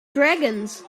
dragons